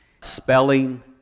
spelling